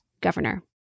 governor